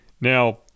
Now